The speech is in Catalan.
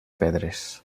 pedres